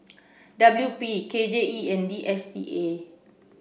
W P K J E and D S T A